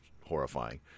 horrifying